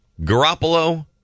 Garoppolo